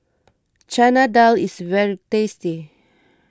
Chana Dal is very tasty